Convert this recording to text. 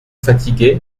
fatigué